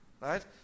right